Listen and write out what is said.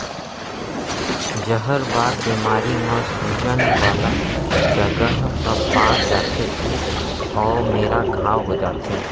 जहरबाद बेमारी म सूजन वाला जघा ह पाक जाथे अउ ओ मेरा घांव हो जाथे